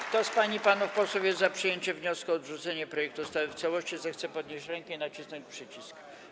Kto z pań i panów posłów jest za przyjęciem wniosku o odrzucenie projektu ustawy w całości, zechce podnieść rękę i nacisnąć przycisk.